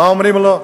מה אומרים לו?